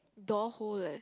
door hole leh